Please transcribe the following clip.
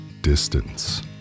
distance